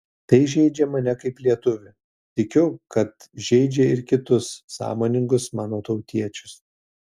tai žeidžia mane kaip lietuvį tikiu kad žeidžia ir kitus sąmoningus mano tautiečius